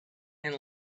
and